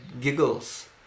giggles